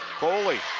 foley.